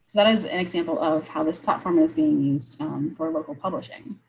that is an example of how this platform is being used for local publishing